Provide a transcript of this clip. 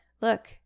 look